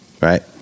Right